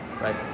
Right